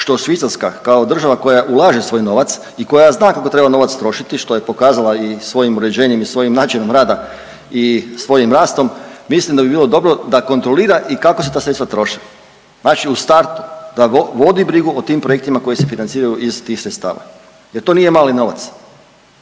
što Švicarska kao država koja ulaže svoj novac i koja zna kako treba novac trošiti, što je pokazala i svojim uređenjem i svojim načinom rada i svojim rastom, mislim da bi bilo dobro da kontrolira i kako se ta sredstva troše. Znači u startu da vodi brigu o tim projektima koji se financiraju iz tih sredstava jer to nije mali novac.